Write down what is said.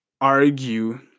argue